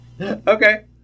Okay